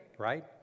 right